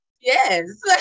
Yes